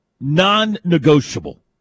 non-negotiable